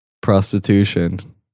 prostitution